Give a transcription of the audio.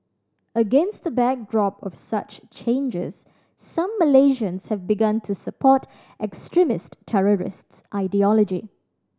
against the backdrop of such changes some Malaysians have begun to support extremist terrorist ideology